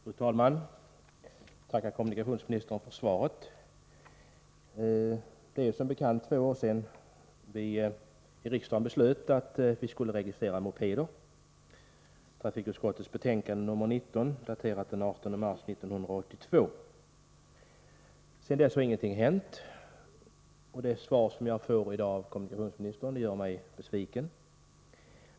Fru talman! Jag tackar kommunikationsministern för svaret. Det är som bekant två år sedan riksdagen beslöt att mopeder skulle registreras. Beslutet grundade sig på trafikutskottets betänkande nr 19, daterat den 18 mars 1982. Sedan dess har ingenting hänt. Det svar som jag fått i dag av kommunikationsministern gör mig besviken.